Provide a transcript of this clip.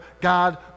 God